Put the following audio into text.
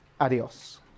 Adios